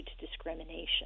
discrimination